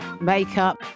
makeup